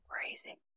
crazy